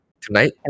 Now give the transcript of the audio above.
Tonight